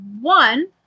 One